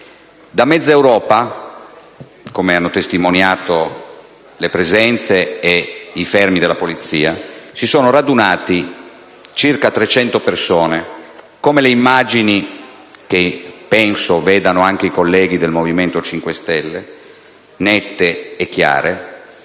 Da mezza Europa, come hanno testimoniato le presenze e i fermi della Polizia, si sono radunate circa 300 persone. Come mostrano le immagini, che penso vedano anche i colleghi del Movimento 5 Stelle, nette e chiare,